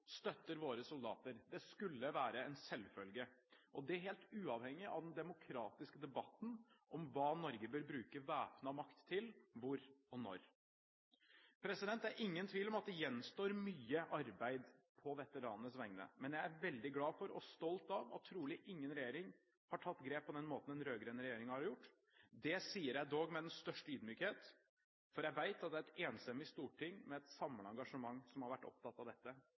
støtter våre soldater. Det skulle være en selvfølge, og det helt uavhengig av den demokratiske debatten om hva Norge bør bruke væpnet makt til, hvor og når. Det er ingen tvil om at det gjenstår mye arbeid på veteranenes vegne, men jeg er veldig glad for og stolt av at trolig ingen regjering har tatt grep på den måten en rød-grønn regjering har gjort. Det sier jeg dog med den største ydmykhet, for jeg vet at det er et enstemmig storting, med et samlet engasjement, som har vært opptatt av dette,